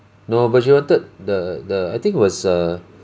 no but she wanted the the I think it was a